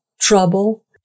trouble